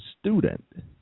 student